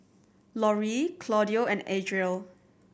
Laurie Claudio and Adriel